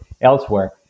elsewhere